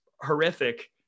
horrific